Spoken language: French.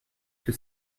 que